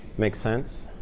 makes sense.